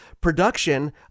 production